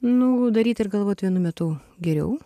nu daryt ir galvot vienu metu geriau